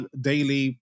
daily